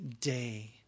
day